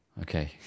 Okay